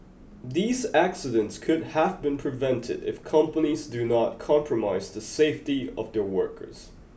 these accidents could have been prevented if companies do not compromise the safety of their workers